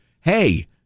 hey